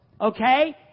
Okay